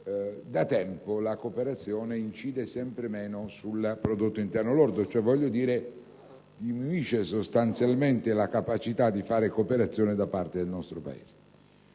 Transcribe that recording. da tempo la cooperazione incide sempre meno sul prodotto interno lordo; cioè diminuisce sostanzialmente la capacità di fare cooperazione da parte del nostro Paese.